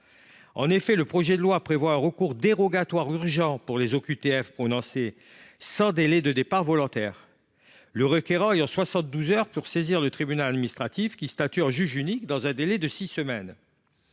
En effet, le projet de loi prévoit un recours dérogatoire urgent pour les OQTF prononcées sans délai de départ volontaire, le requérant ayant soixante douze heures pour saisir le tribunal administratif, qui statue en juge unique dans un délai de six semaines.